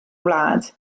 wlad